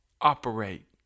operate